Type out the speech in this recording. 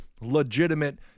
legitimate